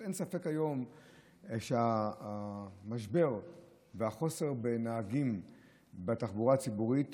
אין ספק היום שהמשבר והחוסר בנהגים בתחבורה הציבורית